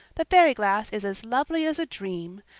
the fairy glass is as lovely as a dream.